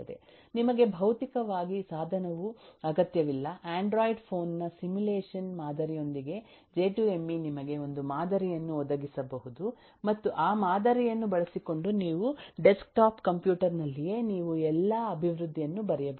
ನಿಮಗೆ ಭೌತಿಕವಾಗಿ ಸಾಧನವೂ ಅಗತ್ಯವಿಲ್ಲ ಆಂಡ್ರಾಯ್ಡ್ ಫೋನ್ ನಸಿಮ್ಯುಲೇಶನ್ ಮಾದರಿಯೊಂದಿಗೆಜೆ2ಎಮ್ಇ ನಿಮಗೆ ಒಂದು ಮಾದರಿಯನ್ನುಒದಗಿಸಬಹುದು ಮತ್ತು ಆ ಮಾದರಿಯನ್ನು ಬಳಸಿಕೊಂಡು ನಿಮ್ಮ ಡೆಸ್ಕ್ಟಾಪ್ ಕಂಪ್ಯೂಟರ್ ನಲ್ಲಿಯೇ ನೀವು ಎಲ್ಲಾ ಅಭಿವೃದ್ಧಿಯನ್ನು ಬರೆಯಬಹುದು